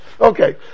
Okay